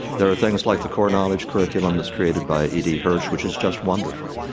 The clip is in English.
there are things like the core knowledge curriculum that's created by edie hirsch, which is just wonderful.